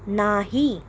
नाही